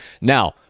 now